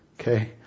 Okay